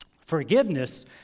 Forgiveness